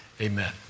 Amen